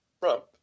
Trump